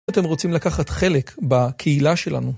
אתם רוצים לקחת חלק בקהילה שלנו?